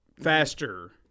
faster